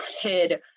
kid